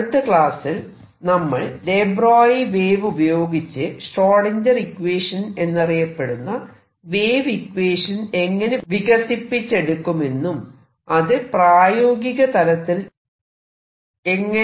അടുത്ത ക്ലാസിൽ നമ്മൾ ദെ ബ്രോയി വേവ് ഉപയോഗിച്ച് ഷ്രോഡിൻജർ ഇക്വേഷൻ Schrödinger equation എന്നറിയപ്പെടുന്ന വേവ് ഇക്വേഷൻ എങ്ങനെ വികസിപ്പിച്ചെടുക്കുമെന്നും അത് പ്രായോഗിക തലത്തിൽ എങ്ങനെ ഉപയോഗിക്കുമെന്നും നോക്കാം